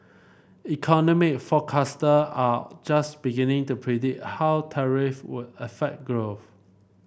economic forecaster are just beginning to predict how tariff would affect growth